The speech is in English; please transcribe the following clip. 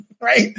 right